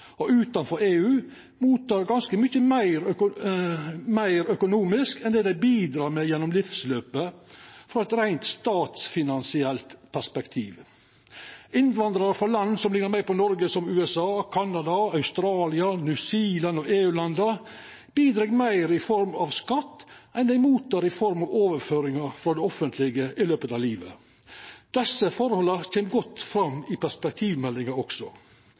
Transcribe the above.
og Aust-Europa utanfor EU tek imot ganske mykje meir økonomisk enn det dei bidreg med gjennom livsløpet, frå eit reint statsfinansielt perspektiv. Innvandrarar frå land som liknar meir på Noreg, som USA, Canada, Australia, New Zealand og EU-landa, bidreg meir i form av skatt enn det dei tek imot i form av overføringar frå det offentlege i løpet av livet. Desse forholda kjem også godt fram i perspektivmeldinga.